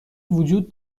وجود